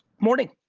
morning.